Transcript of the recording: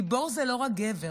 גיבור זה לא רק גבר,